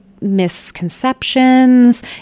misconceptions